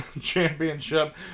championship